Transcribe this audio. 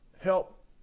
help